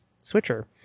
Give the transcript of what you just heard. Switcher